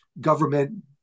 government